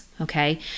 Okay